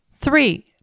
Three